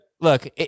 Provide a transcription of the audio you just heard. Look